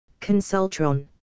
Consultron